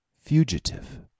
fugitive